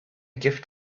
gift